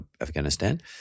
Afghanistan